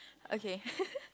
okay